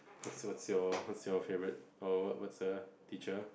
what's what's your what's your favourite or what's what's a teacher